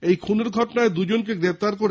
এই খুনের ঘটনায় দুজনকে গ্রেপ্তার করা হয়েছে